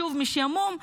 שוב משעמום,